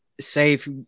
safe